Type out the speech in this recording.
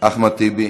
אחמד טיבי,